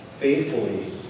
Faithfully